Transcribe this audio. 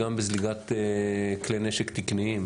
גם בזליגת כלי נשק תקניים,